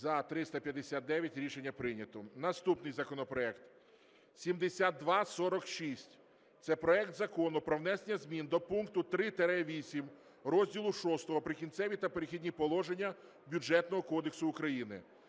За-359 Рішення прийнято. Наступний законопроект 7246, це проект Закону про внесення змін до пункту 3-8 розділу VI "Прикінцеві та перехідні положення" Бюджетного кодексу України.